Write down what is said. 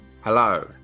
hello